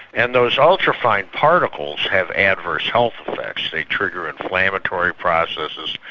and those ultrafine particles have adverse health effects they trigger inflammatory processes,